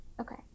Okay